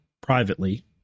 privately